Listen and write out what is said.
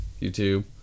YouTube